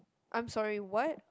I'm sorry what